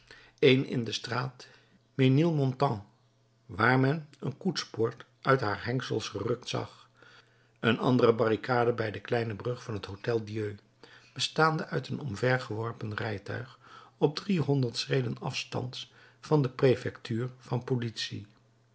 een in de straat menilmontant waar men een koetspoort uit haar hengsels gerukt zag een andere barricade bij de kleine brug van het hotel dieu bestaande uit een omgeworpen rijtuig op driehonderd schreden afstands van de prefectuur van politie